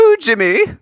Jimmy